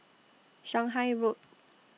Shanghai Road